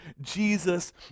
Jesus